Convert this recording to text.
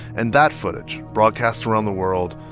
and that footage, broadcast around the world,